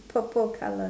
purple colour